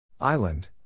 Island